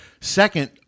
Second